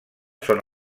són